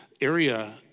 area